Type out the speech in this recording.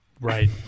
Right